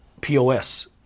pos